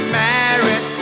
married